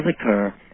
occur